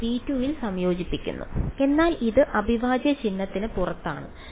ഇത് V2 ൽ സംയോജിപ്പിച്ചിരിക്കുന്നു എന്നാൽ ഇത് അവിഭാജ്യ ചിഹ്നത്തിന് പുറത്താണ്